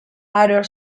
other